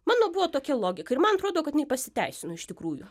mano buvo tokia logika ir man atrodo kad jinai pasiteisino iš tikrųjų